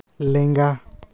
ᱞᱮᱝᱜᱟ